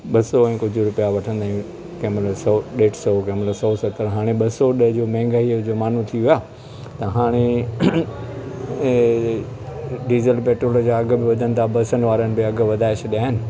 ॿ सौ ऐं कुझु रुपिया वठंदा आहियूं कंहिं महिल सौ ॾेढ सौ कंहिं महिल सौ सतर हाणे ॿ सौ जो महांगाईअ जो ज़मानो थी वियो आहे त हाणे अ डीज़ल पेट्रोल जा अघि बि वधनि था बसियुनि वारनि बि अघि वधाए छॾिया आहिनि